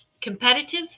competitive